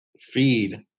feed